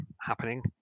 happening